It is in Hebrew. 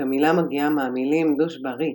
המילה מגיעה מהמילים "düş bəri",